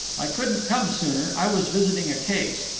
i couldn't come sooner. i was visiting a case.